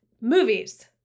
movies